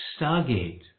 stargate